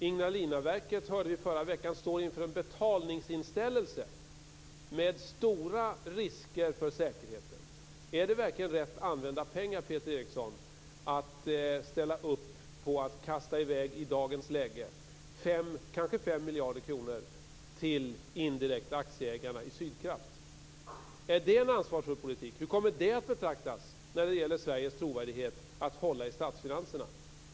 Ignalinaverket, hörde vi förra veckan, står inför en betalningsinställelse med stora risker för säkerheten som följd. Är det verkligen rätt använda pengar, Peter Eriksson, att i dagens läge kasta i väg kanske 5 miljarder kronor till, indirekt, aktieägarna i Sydkraft? Är det en ansvarsfull politik? Hur kommer det att betraktas när det gäller Sveriges trovärdighet i fråga om att hålla i statsfinanserna?